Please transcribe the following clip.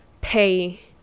pay